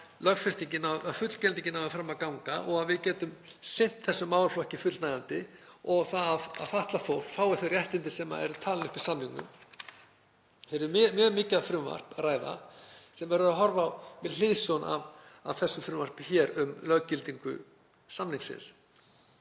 að fullgildingin nái fram að ganga og að við getum sinnt þessum málaflokki á fullnægjandi hátt og að fatlað fólk fái þau réttindi sem eru talin upp í samningnum. Hér er um mjög mikilvægt frumvarp að ræða sem verður að horfa á með hliðsjón af þessu frumvarpi hér um löggildingu samningsins,